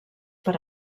per